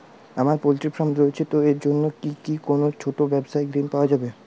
আমার poultry farm রয়েছে তো এর জন্য কি কোনো ছোটো ব্যাবসায়িক ঋণ পাওয়া যাবে?